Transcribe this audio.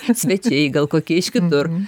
svečiai gal kokie iš kitur